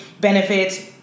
benefits